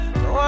no